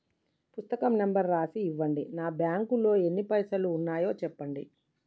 పుస్తకం నెంబరు రాసి ఇవ్వండి? నా బ్యాంకు లో ఎన్ని పైసలు ఉన్నాయో చెప్పండి?